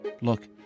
Look